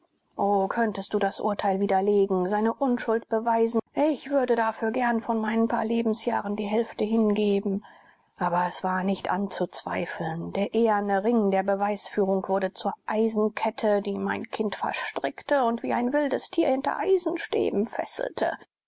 könntest du das urteil widerlegen seine unschuld beweisen ich würde dafür gern von meinen paar lebensjahren die hälfte hingeben aber es war nicht anzuzweifeln der eherne ring der beweisführung wurde zur eisenkette die mein kind verstrickte und wie ein wildes tier hinter eisenstäben fesselte